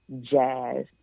Jazz